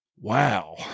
wow